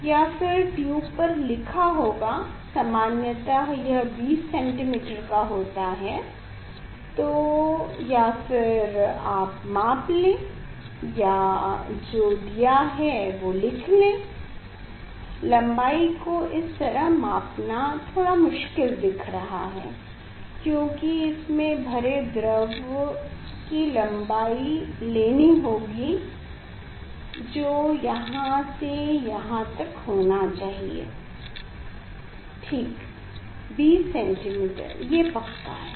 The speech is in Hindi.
या फिर ट्यूब पर लिखा होगा समान्यतः यह 20 cm का होता है तो या फिर आप माप लें या ये जो दिया है वो लिख लें लम्बाई को इस तरह मापना थोड़ा मुश्किल दिख रहा है क्योकि इसमे भरे द्रव की लम्बाई लेनी होगी जो यहाँ से यहाँ तक होना चाहिए ठीक 20cm ये पक्का कर लें